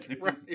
Right